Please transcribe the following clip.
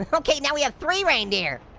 okay, now we have three reindeer.